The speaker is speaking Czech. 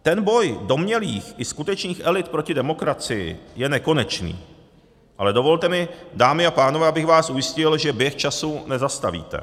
Ten boj domnělých i skutečných elit proti demokracii je nekonečný, ale dovolte mi, dámy a pánové, abych vás ujistil, že běh času nezastavíte.